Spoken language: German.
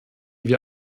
wir